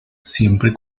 siempre